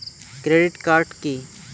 Credit card key?